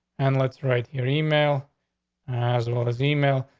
and let's write your email as well. his email.